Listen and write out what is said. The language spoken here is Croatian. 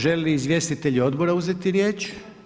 Želi li izvjestitelj odbora uzeti riječ?